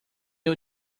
you